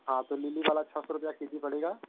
हाँ तो लिली वाला छः सौ रुपये किलो पड़ेगा